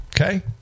Okay